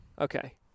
okay